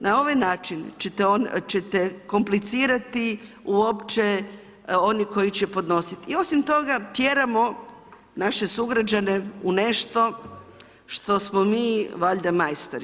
Na ovaj način ćete komplicirati uopće oni koji će podnositi i osim toga tjeramo naše sugrađane u nešto što smo mi valjda majstori.